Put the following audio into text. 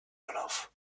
wolof